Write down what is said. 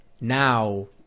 now